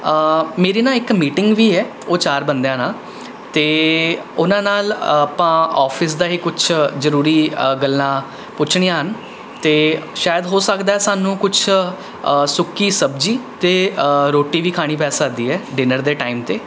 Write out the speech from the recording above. ਮੇਰੀ ਨਾ ਇੱਕ ਮੀਟਿੰਗ ਵੀ ਹੈ ਉਹ ਚਾਰ ਬੰਦਿਆਂ ਨਾਲ ਅਤੇ ਉਨ੍ਹਾਂ ਨਾਲ ਆਪਾਂ ਆਫਿਸ ਦਾ ਹੀ ਕੁਛ ਜ਼ਰੂਰੀ ਗੱਲਾਂ ਪੁੱਛਣੀਆਂ ਹਨ ਅਤੇ ਸ਼ਾਇਦ ਹੋ ਸਕਦਾ ਸਾਨੂੰ ਕੁਛ ਸੁੱਕੀ ਸਬਜ਼ੀ ਅਤੇ ਰੋਟੀ ਵੀ ਖਾਣੀ ਪੈ ਸਕਦੀ ਹੈ ਡਿਨਰ ਦੇ ਟਾਈਮ 'ਤੇ